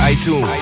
iTunes